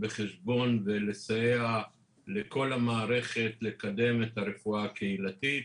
בחשבון ולסייע לכל המערכת לקדם את הרפואה הקהילתית.